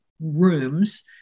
rooms